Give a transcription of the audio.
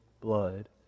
blood